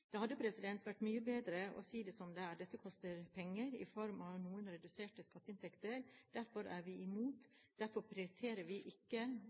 Det hadde vært mye bedre å si det som det er: Dette koster penger i form av noe reduserte skatteinntekter. Derfor er vi imot. Derfor prioriterer vi ikke